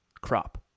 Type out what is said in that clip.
crop